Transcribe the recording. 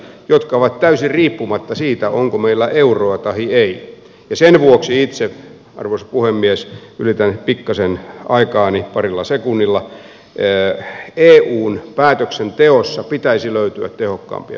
ne ovat käsillä täysin riippumatta siitä onko meillä euroa tahi ei ja sen vuoksi arvoisa puhemies ylitän pikkaisen aikaani parilla sekunnilla eun päätöksenteossa pitäisi löytyä tehokkaampia vaihtoehtoja